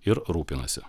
ir rūpinasi